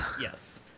yes